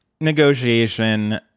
negotiation